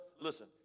listen